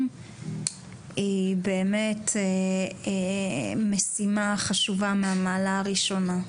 היא באמת משימה חשובה מהמעלה הראשונה.